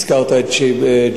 הזכרת את ג'יבלי,